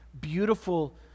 beautiful